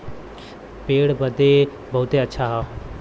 पेट बदे बहुते अच्छा हौ